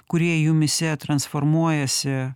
kurie jumyse transformuojasi